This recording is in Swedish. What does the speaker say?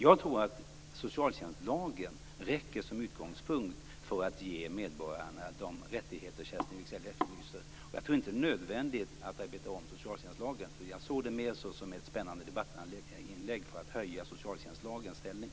Jag tror att socialtjänstlagen räcker som utgångspunkt för att ge medborgarna de rättigheter som Kerstin Wigzell efterlyser. Jag tror inte att det är nödvändigt att arbeta om socialtjänstlagen. Jag ser det mer som ett spännande debattinlägg för att höja socialtjänstlagens ställning.